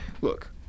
look